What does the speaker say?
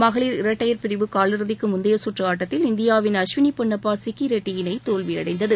மகளிர் இரட்டையர் பிரிவு காலிறுதிக்கு முந்தைய கற்று ஆட்டத்தில் இந்தியாவின் அஸ்வினி பொன்னப்பா சிக்கி ரெட்டி இணை தோல்வி அடைந்தது